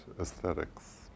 aesthetics